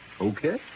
Okay